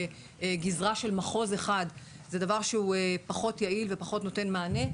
בגזרה של מחוז אחד זה דבר שהוא פחות יעיל ופחות נותן מענה.